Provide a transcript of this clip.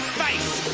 face